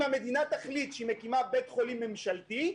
אם המדינה תחליט שהיא מקימה בית חולים ממשלתי,